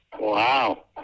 Wow